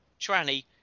Tranny